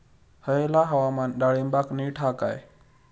हयला हवामान डाळींबाक नीट हा काय?